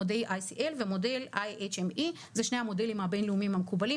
מודלICL ומודל IHME. זה שני המודלים הבין-לאומיים המקובלים